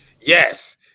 yes